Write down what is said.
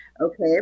Okay